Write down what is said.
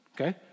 Okay